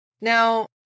Now